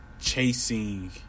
chasing